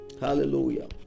Hallelujah